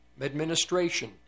administration